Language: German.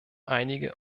einige